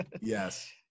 Yes